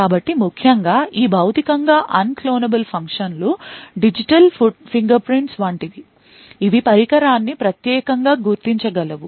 కాబట్టి ముఖ్యంగా ఈ భౌతికంగా అన్క్లోనబుల్ ఫంక్షన్లు డిజిటల్ fingerprints వంటివి ఇవి పరికరాన్ని ప్రత్యేకంగా గుర్తించగలవు